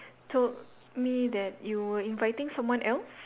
told me that you were inviting someone else